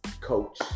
coach